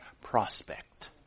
prospect